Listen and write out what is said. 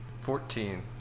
Fourteen